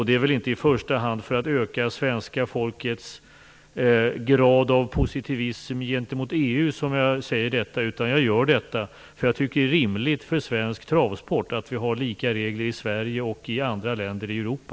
Det är inte i första hand för att öka svenska folkets grad av positivism gentemot EU som jag säger detta, utan jag gör det för att jag tycker att det är rimligt för svensk travsport att ha lika regler i Sverige och i andra länder i Europa.